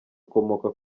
ukomoka